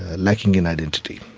ah lacking in identity.